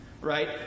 Right